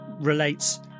relates